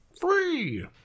Free